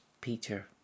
Peter